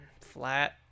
flat